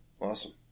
Awesome